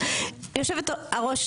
יושבת הראש,